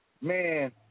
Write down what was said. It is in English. man